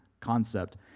concept